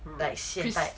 like 现代